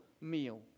meal